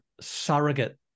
surrogate